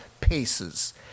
paces